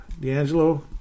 D'Angelo